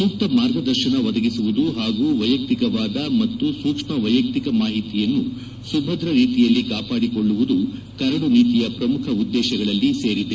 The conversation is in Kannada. ಸೂಕ್ತ ಮಾರ್ಗದರ್ಶನ ಒದಗಿಸುವುದು ಹಾಗೂ ವೈಯಕ್ತಿಕವಾದ ಮತ್ತು ಸೂಕ್ಷ್ಮ ವೈಯಕ್ತಿಕ ಮಾಹಿತಿಯನ್ನು ಸುಭದ್ರ ರೀತಿಯಲ್ಲಿ ಕಾಪಾಡಿಕೊಳ್ಳುವುದು ಕರಡು ನೀತಿಯ ಪ್ರಮುಖ ಉದ್ದೇಶಗಳಲ್ಲಿ ಸೇರಿದೆ